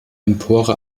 empore